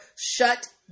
shut